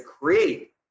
create